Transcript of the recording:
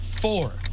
four